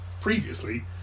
previously